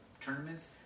tournaments